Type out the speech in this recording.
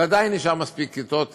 ועדיין נשארות מספיק כיתות